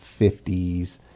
50s